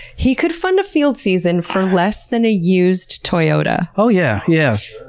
he could fund a field season for less than a used toyota. oh yeah. yeah sure.